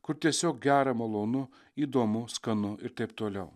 kur tiesiog gera malonu įdomu skanu ir taip toliau